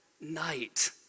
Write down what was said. night